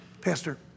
Pastor